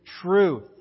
truth